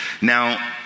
Now